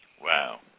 Wow